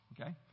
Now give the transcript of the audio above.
okay